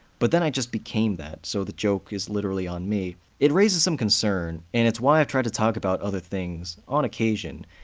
but then i just became that, so the joke is literally on me. it raises some concern, and it's why i've tried to talk about other things on occasion,